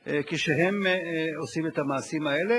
כשהם עושים את המעשים האלה.